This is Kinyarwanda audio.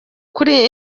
kuri